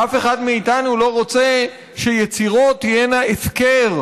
אף אחד מאיתנו לא רוצה שיצירות תהיינה הפקר,